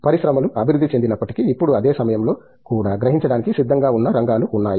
పరిశ్రమలు అభివృద్ధి చెందినప్పటికీ ఇప్పుడు అదే సమయంలో కూడా గ్రహించడానికి సిద్ధంగా ఉన్న రంగాలు ఉన్నాయా